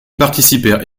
participèrent